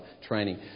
training